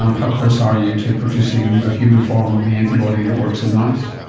um how close are you to producing a human form of the antibody that works in mice?